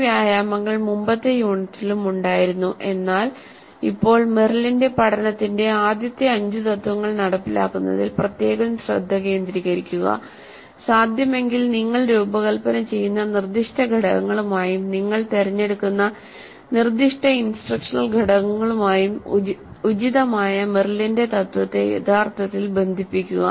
ഈ വ്യായാമങ്ങൾ മുമ്പത്തെ യൂണിറ്റിലും ഉണ്ടായിരുന്നു എന്നാൽ ഇപ്പോൾ മെറിലിന്റെ പഠനത്തിന്റെ ആദ്യത്തെ അഞ്ച് തത്ത്വങ്ങൾ നടപ്പിലാക്കുന്നതിൽ പ്രത്യേകം ശ്രദ്ധ കേന്ദ്രീകരിക്കുക സാധ്യമെങ്കിൽ നിങ്ങൾ രൂപകൽപ്പന ചെയ്യുന്ന നിർദ്ദിഷ്ട ഘടകങ്ങളുമായും നിങ്ങൾ തിരഞ്ഞെടുക്കുന്ന നിർദ്ദിഷ്ട ഇൻസ്ട്രക്ഷണൽ ഘടകങ്ങളുമായും ഉചിതമായ മെറിലിന്റെ തത്വത്തെ യഥാർത്ഥത്തിൽ ബന്ധിപ്പിക്കുക